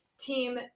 team